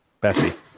Bessie